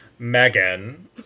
Megan